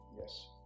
Yes